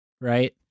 right